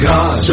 God